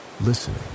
listening